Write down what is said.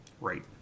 Right